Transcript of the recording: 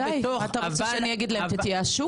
אתה רוצה לאני אגיד להם תתייאשו?